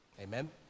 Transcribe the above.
Amen